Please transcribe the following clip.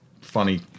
funny